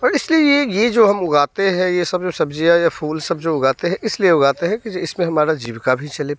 और इस लिए ये ये जो हम उगाते हैं ये सब जो सब्ज़ियाँ या फूल सब जो उगाते हैं इस लिए उगाते हैं कि इस में हमारी जीविका भी चले